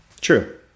True